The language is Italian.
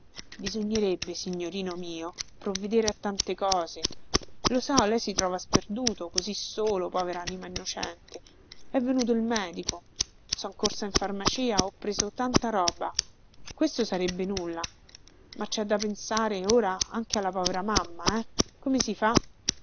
bisognerebbe signorino mio provvedere a tante cose lo so lei si trova sperduto così solo povera anima innocente è venuto il medico son corsa in farmacia ho preso tanta roba questo sarebbe nulla ma c è da pensare ora anche alla povera mamma eh come si fa